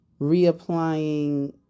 reapplying